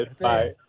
Bye